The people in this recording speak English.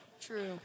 True